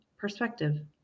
perspective